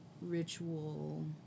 ritual